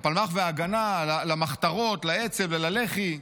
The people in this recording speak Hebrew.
וההגנה למחתרות, לאצ"ל וללח"י,